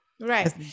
Right